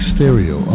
Stereo